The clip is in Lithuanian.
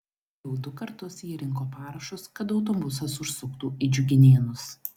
jau du kartus ji rinko parašus kad autobusas užsuktų į džiuginėnus